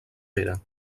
pere